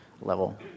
level